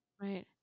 right